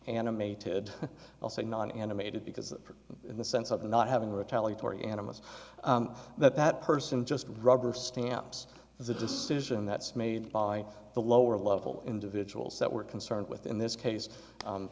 animated i'll say non animated because that in the sense of not having retaliatory animist that that person just rubber stamps is a decision that's made by the lower level individuals that we're concerned with in this case